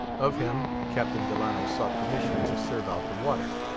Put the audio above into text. of him captain delano sought permission to serve out the water,